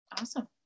Awesome